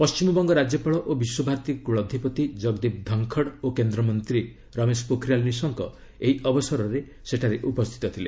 ପଶ୍ଚିମବଙ୍ଗ ରାଜ୍ୟପାଳ ଓ ବିଶ୍ୱ ଭାରତୀ କୁଳାଧିପତି ଜଗଦୀପ ଧଙ୍ଖଡ୍ ଓ କେନ୍ଦ୍ରମନ୍ତ୍ରୀ ରମେଶ ପୋଖରିଆଲ ନିଶଙ୍କ ଏହି ଅବସରରେ ସେଠାରେ ଉପସ୍ଥିତ ଥିଲେ